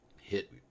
hit